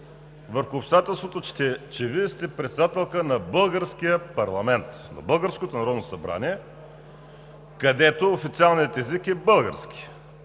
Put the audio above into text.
върху обстоятелството, че Вие сте председател на българския парламент – на българското Народно събрание, където официалният език е български.